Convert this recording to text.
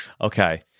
Okay